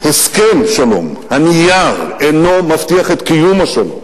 שהסכם שלום, הנייר, אינו מבטיח את קיום השלום,